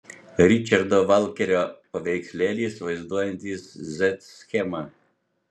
ričardo valkerio paveikslėlis vaizduojantis z schemą